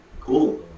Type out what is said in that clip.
Cool